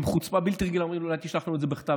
ועם חוצפה בלתי רגילה אומרים: אולי תשלח לנו את זה בכתב,